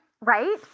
Right